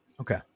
Okay